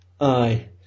Aye